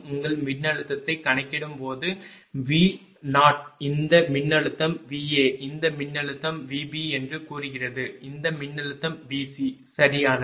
உங்கள் மின்னழுத்தத்தை கணக்கிடும் போது VO இந்த மின்னழுத்தம் VA இந்த மின்னழுத்தம் VB என்று கூறுகிறது இந்த மின்னழுத்தம் VC சரியானது